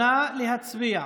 נא להצביע.